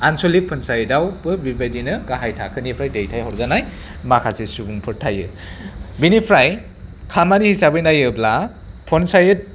आन्सलिक पन्सायतआवबो बेबायदिनो गाहाय थाखोनिफ्राय दैथायहरजानाय माखासे सुबुंफोर थायो बेनिफ्राय खामानि हिसाबै नायोब्ला पन्सायत